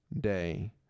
day